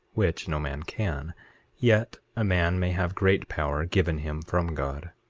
which no man can yet a man may have great power given him from god.